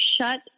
shut